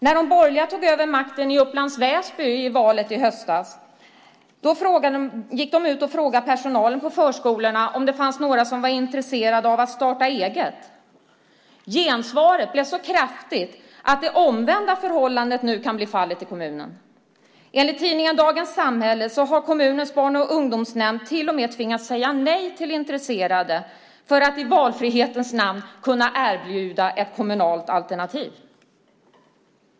När de borgerliga tog över makten i Upplands Väsby vid valet i höstas gick de ut och frågade personalen på förskolorna om det fanns några som var intresserade av att starta eget. Gensvaret blev så kraftigt att det omvända förhållandet nu kan bli fallet i kommunen. Enligt tidningen Dagens Samhälle har kommunens barn och ungdomsnämnd till och med tvingats säga nej till intresserade för att i valfrihetens namn kunna erbjuda ett kommunalt alternativ.